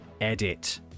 edit